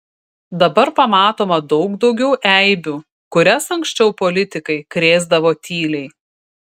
dabar pamatoma daug daugiau eibių kurias anksčiau politikai krėsdavo tyliai